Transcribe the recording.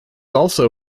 also